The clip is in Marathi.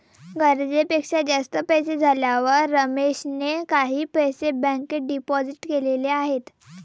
गरजेपेक्षा जास्त पैसे झाल्यावर रमेशने काही पैसे बँकेत डिपोजित केलेले आहेत